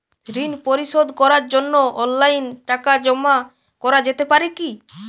ঋন পরিশোধ করার জন্য অনলাইন টাকা জমা করা যেতে পারে কি?